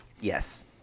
Yes